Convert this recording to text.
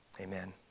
Amen